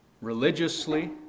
religiously